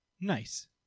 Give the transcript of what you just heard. nice